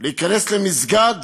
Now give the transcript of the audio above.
להיכנס למסגד